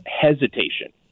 hesitation